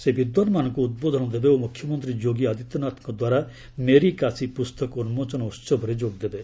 ସେ ବିଦ୍ୱାନମାନଙ୍କୁ ଉଦ୍ବୋଧନ ଦେବେ ଓ ମୁଖ୍ୟମନ୍ତ୍ରୀ ଯୋଗୀ ଆଦିତ୍ୟନାଥଙ୍କ ଦ୍ୱାରା ମେରି କାଶୀ ପୁସ୍ତକ ଉନ୍କୋଚନ ଉହବରେ ଯୋଗ ଦେବେ